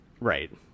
Right